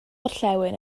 orllewin